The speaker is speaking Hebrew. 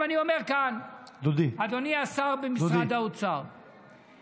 עכשיו אני אומר כאן: אדוני השר במשרד האוצר,